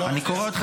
זה שוק